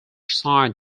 signed